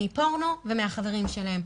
יודעים על מין הוא מפורנו ומהחברים שלהם.